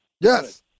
Yes